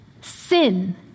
sin